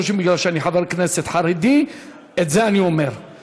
חושבים שמפני שאני חבר כנסת חרדי אני אומר את זה.